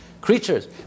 creatures